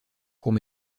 court